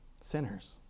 sinners